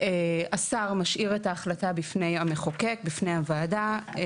השר משאיר את ההחלטה בפני המחוקק, בפני הוועדה.